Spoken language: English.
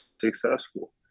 successful